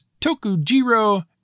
Tokujiro